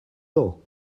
law